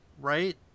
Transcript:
right